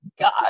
God